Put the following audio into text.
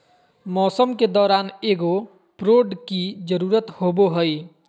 मौसम के दौरान एगो प्रोड की जरुरत होबो हइ